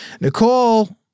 Nicole